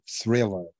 thriller